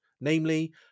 namely